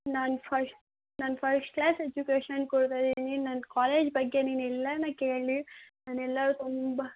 ನಾನು ಫಶ್ಟ್ ನಾನು first class education ಕೊಡ್ತಾಯಿದ್ದೀನಿ ನನ್ನ ಕಾಲೇಜ್ ಬಗ್ಗೆ ನೀನು ಎಲ್ಲಾನಾ ಕೇಳಿ ನಾನೆಲ್ಲ ತುಂಬ